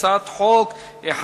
הצעת חוק פ/1794,